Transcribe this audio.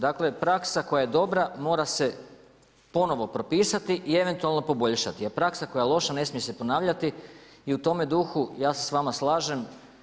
Dakle praksa koja je dobra mora se ponovno propisati i eventualno poboljšati, a praksa koja je loša ne smije se ponavljati i u tome duhu ja se s vama slažem.